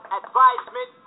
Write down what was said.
advisement